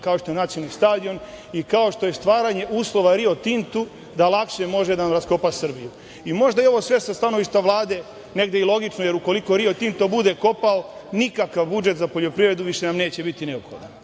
kao što je nacionalni stadion i kao što je stvaranje uslova „Rio Tintu“ da lakše može da nam raskopa Srbiju. Možda je ovo sve sa stanovišta Vlade negde i logično, jer ukoliko „Rio Tinto“ bude kopao, nikakav budžet za poljoprivredu više nam neće biti neophodan.